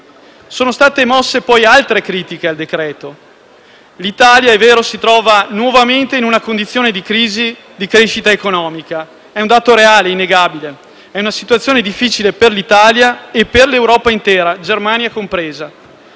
Sono state mosse poi altre critiche al provvedimento. L'Italia, è vero, si trova nuovamente in una condizione di crisi della crescita economica; è un dato reale e innegabile. È una situazione difficile per l'Italia e per l'Europa intera, Germania compresa.